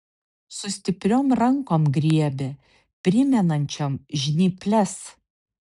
su stipriom rankom griebė primenančiom žnyples